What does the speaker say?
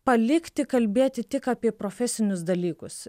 palikti kalbėti tik apie profesinius dalykus